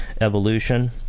evolution